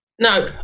no